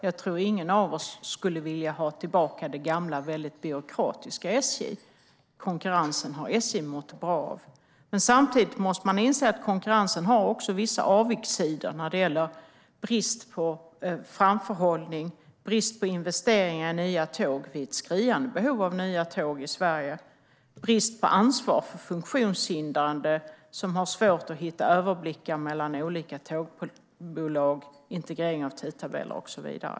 Jag tror inte att någon av oss skulle vilja ha tillbaka det gamla, väldigt byråkratiska SJ. Konkurrensen har SJ mått bra av. Samtidigt måste man inse att konkurrensen har vissa avigsidor. Det gäller brist på framförhållning och brist på investeringar i nya tåg - vi har ett skriande behov av nya tåg i Sverige. Det gäller brist på ansvar för funktionshindrade, som har svårt att få överblick över olika tågbolag. Det gäller brist på integrering av tidtabeller och så vidare.